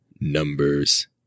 Numbers